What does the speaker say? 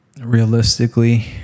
realistically